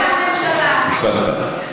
בבקשה, משפט אחד.